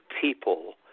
people